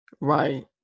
Right